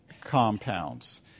compounds